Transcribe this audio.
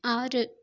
ஆறு